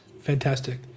Fantastic